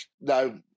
No